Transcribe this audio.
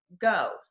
go